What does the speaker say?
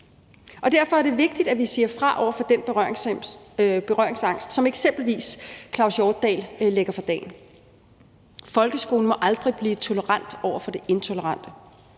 Derfor er det vigtigt, at vi siger fra over for den berøringsangst, som eksempelvis Claus Hjortdal lægger for dagen. Folkeskolen må aldrig blive tolerant over for det intolerante.